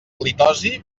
halitosi